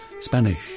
Spanish